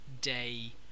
Day